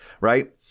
Right